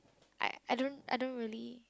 I I don't I don't really